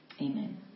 Amen